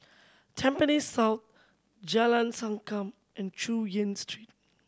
Tampines South Jalan Sankam and Chu Yen Street